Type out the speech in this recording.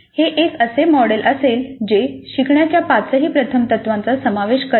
हे असे एक मॉडेल असेल जे शिक्षणाच्या पाचही प्रथम तत्त्वांचा समावेश करेल